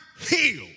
healed